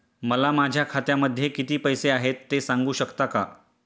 मला माझ्या खात्यामध्ये किती पैसे आहेत ते सांगू शकता का?